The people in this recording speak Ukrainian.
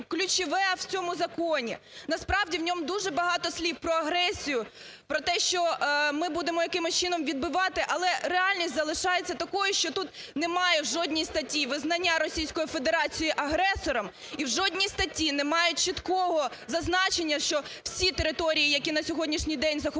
ключове в цьому законі. Насправді, в ньому дуже багато слів про агресію, про те, що ми будемо якимсь чином відбивати, але реальність залишається такою, що тут немає в жодній статті визнання Російської Федерації агресором і в жодній статті немає чіткого зазначення, що всі території, які на сьогоднішній день захопила Росія,